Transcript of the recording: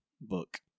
book